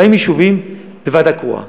40 יישובים, בוועדה קרואה.